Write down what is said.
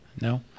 No